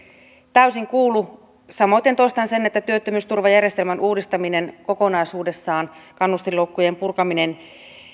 täysin kuulu samoiten toistan sen että työttömyysturvajärjestelmän uudistaminen kokonaisuudessaan kannustinloukkujen purkaminen